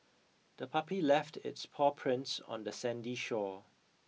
the puppy left its paw prints on the sandy shore